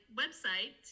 website